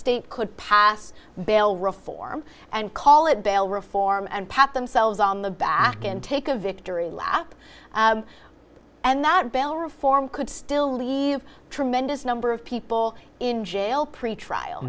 state could pass bail reform and call it bail reform and pat themselves on the back and take a victory lap and that bell reform could still leave tremendous number of people in jail pretrial